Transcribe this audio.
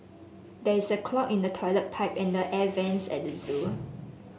there is a clog in the toilet pipe and the air vents at the zoo